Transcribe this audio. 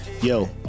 Yo